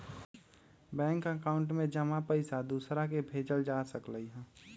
bank account में जमा पईसा दूसरा के भेजल जा सकलई ह